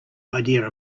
idea